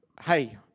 Hey